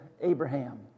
Abraham